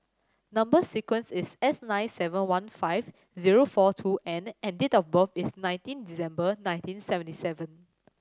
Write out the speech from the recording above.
number sequence is S nine seven one five zero four two N and date of birth is nineteen December nineteen seventy seven